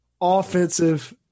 Offensive